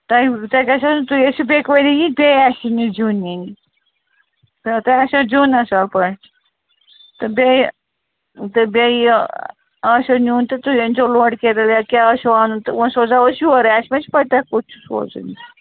تۄہہِ تۄہہِ گژھٮ۪و تُہۍ ٲسِو بیٚکہِ ؤریہِ یِنۍ بیٚیہِ اَسی نِش زیُن نِنۍ تۄہہِ آسیو زِیُن اَصٕل پٲٹھۍ تہٕ بیٚیہِ تہٕ بیٚیہِ یہِ آسیو نیُن تُہۍ أنزیو لوڈ کٮ۪رِیر یا کیٛاہ آسیو اَنُن تہٕ وۄنۍ سوزو أسۍ یورٕ اَسہِ ما چھِ پَتہٕ تۄہہِ کوٚت چھُ سوزُن یہِ